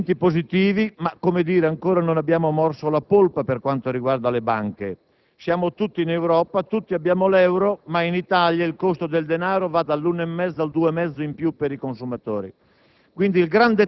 di elementi positivi ma - come dire - non abbiamo ancora morso la polpa per quanto riguarda le banche. Siamo tutti in Europa, tutti abbiamo l'euro, ma in Italia il costo del denaro va dall'1,5 al 2,5 in più per i consumatori.